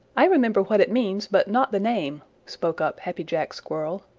i remember what it means, but not the name, spoke up happy jack squirrel.